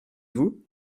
vous